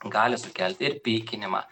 gali sukelti ir pykinimą